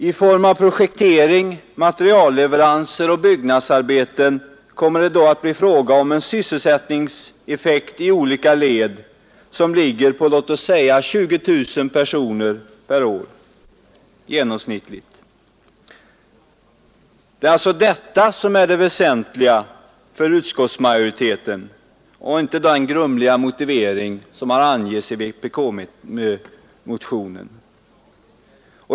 I form av projektering, materialleveranser och byggnadsarbeten kommer det då att bli fråga om en sysselsättningseffekt i olika led som ligger på låt oss säga 20000 personer per år genomsnittligt. Det är alltså detta som är det väsentliga för utskottsmajoriteten och inte den grumliga motivering som har angivits i vpk-motionen.